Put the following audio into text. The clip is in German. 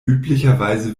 üblicherweise